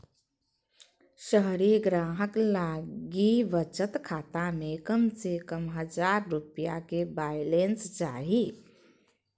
शहरी ग्राहक लगी बचत खाता में कम से कम हजार रुपया के बैलेंस चाही